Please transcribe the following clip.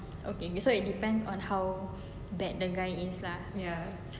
okay so it depends on how bad the guys is lah